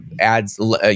adds